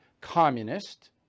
communist